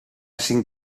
cinc